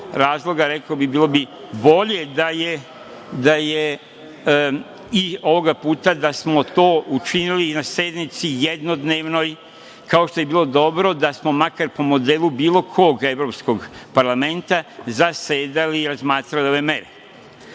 razloga, rekao bi bilo bi bolje da je i ovoga puta da smo to učinili i na sednici jednodnevnoj, kao što bi bilo dobro da smo makar po modelu bilo kog evropskog parlamenta zasedali i razmatrali ove mere. Nije